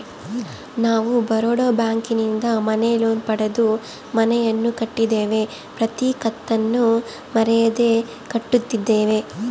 ನಾವು ಬರೋಡ ಬ್ಯಾಂಕಿನಿಂದ ಮನೆ ಲೋನ್ ಪಡೆದು ಮನೆಯನ್ನು ಕಟ್ಟಿದ್ದೇವೆ, ಪ್ರತಿ ಕತ್ತನ್ನು ಮರೆಯದೆ ಕಟ್ಟುತ್ತಿದ್ದೇವೆ